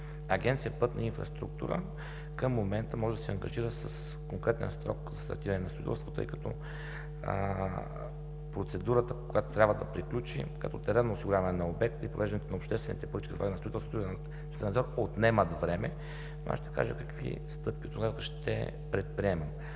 Агенция „Пътна инфраструктура“ към момента не може да се ангажира с конкретен срок за стартиране на строителство, тъй като процедурата, която трябва да приключи като теренното осигуряване на обекта и провеждането на обществените поръчки, заедно със строителството и строителния надзор, отнемат време, но аз ще кажа какви стъпки ще предприемем